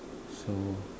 so